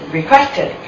requested